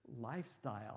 lifestyle